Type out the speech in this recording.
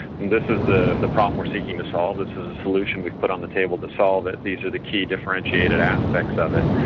this is the the problem we're seeking to solve. this is the solution we've put on the table to solve it. these are the key differentiated aspects of it.